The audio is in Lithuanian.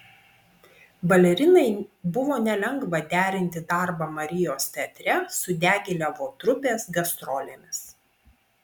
balerinai buvo nelengva derinti darbą marijos teatre su diagilevo trupės gastrolėmis